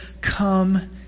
come